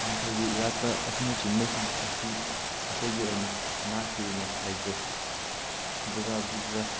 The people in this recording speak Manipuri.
ꯄꯥꯟꯊꯣꯏꯕꯤ ꯏꯔꯥꯠꯄ ꯑꯁꯤꯅ ꯆꯤꯡꯕꯁꯤꯡ ꯑꯁꯤ ꯑꯩꯈꯣꯏꯒꯤ ꯑꯣꯏꯅ ꯅꯥꯠꯀꯤ ꯑꯣꯏꯅ ꯂꯩꯖꯩ ꯗꯨꯔꯒꯥ ꯄꯨꯖꯥ